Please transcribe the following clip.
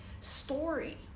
story